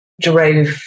drove